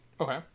Okay